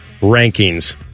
rankings